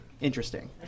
Interesting